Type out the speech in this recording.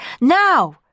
now